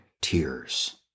tears